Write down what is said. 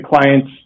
clients